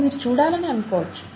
ఇది మీరు చూడాలని అనుకోవచ్చు